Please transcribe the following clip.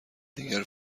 دیگر